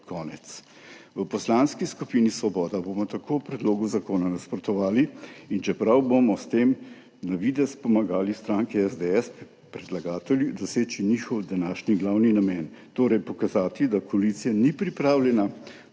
V Poslanski skupini Svoboda bomo tako predlogu zakona nasprotovali in čeprav bomo s tem na videz pomagali stranki SDS, predlagatelju doseči njihov današnji glavni namen, torej pokazati, da koalicija ni pripravljena